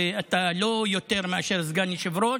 ואתה לא יותר מאשר סגן יושב-ראש.